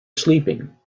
sleeping